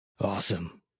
Awesome